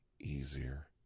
easier